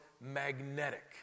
magnetic